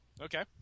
Okay